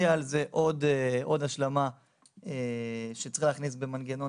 על זה תהיה עוד השלמה שצריך להכניס במנגנון